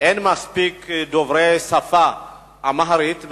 אין מספיק דוברי השפה האמהרית,